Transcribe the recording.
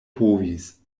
povis